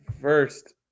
first